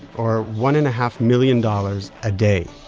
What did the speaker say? or one-and-a-half million dollars, a day